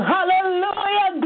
Hallelujah